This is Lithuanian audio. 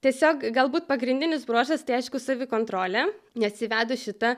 tiesiog galbūt pagrindinis bruožas tai aišku savikontrolė nes įvedus šitą